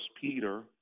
Peter